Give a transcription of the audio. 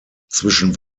zwischen